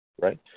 right